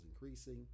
increasing